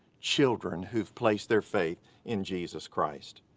children who have placed their faith in jesus christ.